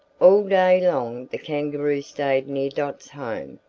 all day long the kangaroo stayed near dot's home,